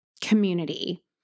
community